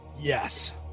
Yes